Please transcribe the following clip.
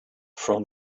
from